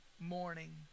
morning